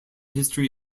history